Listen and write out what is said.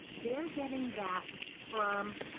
they're getting that from